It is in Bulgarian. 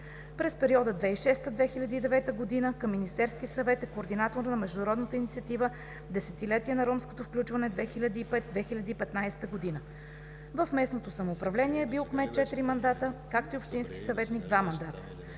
През периода 2006-2009 г. към Министерския съвет е координатор на международна инициатива „Десетилетие на ромското включване 2005 – 2015 г.“ В местното самоуправление е бил кмет четири мандата, както и общински съветник два мандата.